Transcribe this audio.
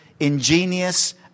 Ingenious